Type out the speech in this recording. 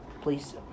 Please